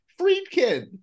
Friedkin